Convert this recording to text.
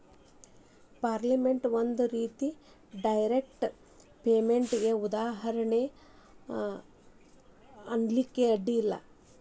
payroll payment ಒಂದ್ ರೇತಿ direct ಪೇಮೆನ್ಟಿಗೆ ಉದಾಹರ್ಣಿ ಅನ್ಲಿಕ್ಕೆ ಅಡ್ಡ ಇಲ್ಲ